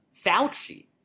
fauci